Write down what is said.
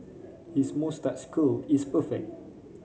his moustache curl is perfect